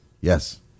yes